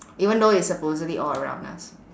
even though it's supposedly all around us